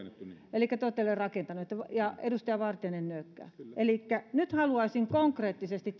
elikkä te olette jo rakentaneet sen edustaja vartiainen nyökkää elikkä nyt haluaisin konkreettisesti